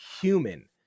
human